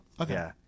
Okay